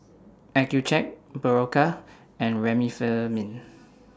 Accucheck Berocca and Remifemin